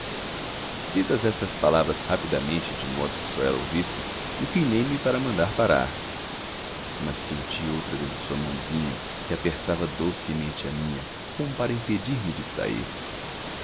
ditas estas palavras rapidamente de modo que só ela ouvisse inclinei-me para mandar parar mas senti outra vez a sua mãozinha que apertava docemente a minha como para impedir me de sair